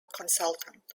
consultant